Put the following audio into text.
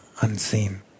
unseen